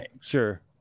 Sure